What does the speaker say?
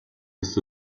ist